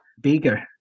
bigger